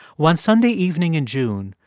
one sunday evening in june,